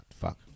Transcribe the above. fuck